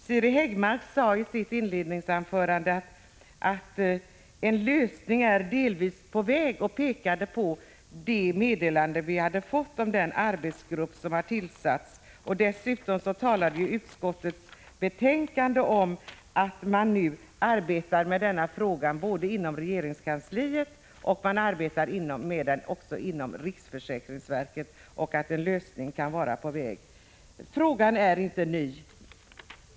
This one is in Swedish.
Siri Häggmark sade i sitt inledningsanförande att en lösning delvis var på väg och pekade på meddelandet om den tillsatta arbetsgruppen. Också i utskottsbetänkandet hänvisas till att man arbetar med frågan inom både regeringskansliet och riksförsäkringsverket och att en lösning av problemen kan vara på väg. Frågan är inte ny.